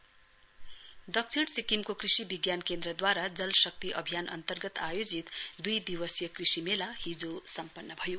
कृषि मेला दक्षिण सिक्किमको कृषि विज्ञान केन्द्रद्वारा जल शक्ति अभियान अन्तर्गत आयोजित दुई दिवसीय कृषि मेला हिजो सम्पन्न भयो